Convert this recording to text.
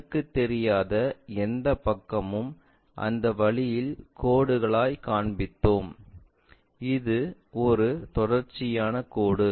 கண்ணுக்குத் தெரியாத எந்தப் பக்கமும் அந்த வழியில் கோடுகளால் காண்பித்தோம் இது ஒரு தொடர்ச்சியான கோடு